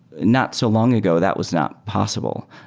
not so long ago that was not possible.